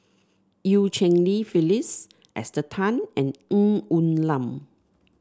Eu Cheng Li Phyllis Esther Tan and Ng Woon Lam